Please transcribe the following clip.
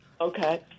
Okay